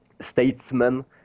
statesman